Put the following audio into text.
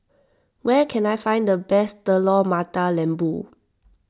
where can I find the best Telur Mata Lembu